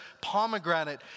pomegranate